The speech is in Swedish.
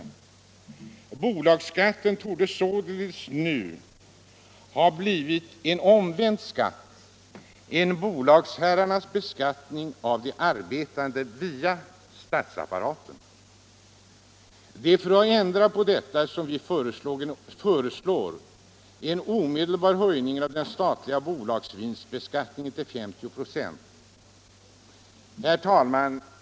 Bolagsskatten torde således nu ha blivit en omvänd skatt, en bolagsherrarnas beskattning av de arbetande via statsapparaten. Det är för att ändra på detta som vi föreslår en omedelbar höjning av den statliga bolagsvinstbeskattningen till 50 96. Herr talman!